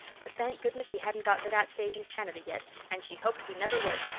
but thank goodness we hadn't got to that stage in canada yet and she hoped we never would.